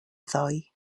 ddoe